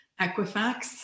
Equifax